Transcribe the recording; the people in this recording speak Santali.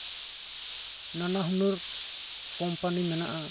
ᱱᱟᱱᱟᱦᱩᱱᱟᱹᱨ ᱠᱳᱢᱯᱟᱱᱤ ᱢᱮᱱᱟᱜᱼᱟ